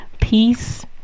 Peace